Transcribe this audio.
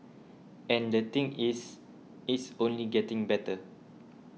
and the thing is it's only getting better